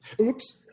Oops